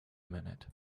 minute